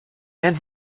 and